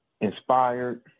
inspired